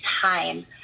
time